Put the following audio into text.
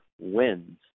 wins